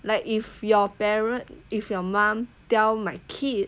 like if your parents if your mum tell my kid